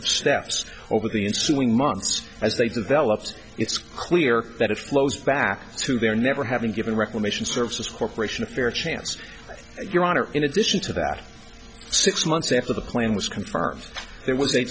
of steps over the ensuing months as they developed it's clear that it flows back to their never having given reclamation services corporation a fair chance your honor in addition to that six months after the plan was confirmed there w